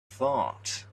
thought